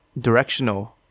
directional